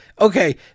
okay